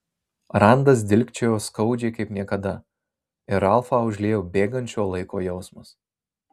randas dilgčiojo skaudžiai kaip niekada ir ralfą užliejo bėgančio laiko jausmas